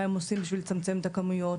מה הם עושים בשביל לצמצם את הכמויות,